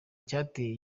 icyateye